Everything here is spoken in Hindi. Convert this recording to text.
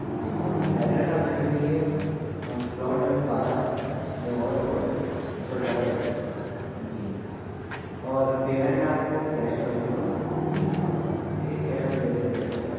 जी हाँ एड्रेस आप लिख लीजिए प्लॉट नंबर बारह रिवोल रोड चोट वाडा जयपुर जी और पेमेंट मैं आपको कैश कर दूंगा अप ठीक है कैश ऑन डिलिवरी कर देता हूं मैं